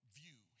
view